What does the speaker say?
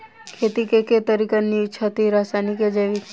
खेती केँ के तरीका नीक छथि, रासायनिक या जैविक?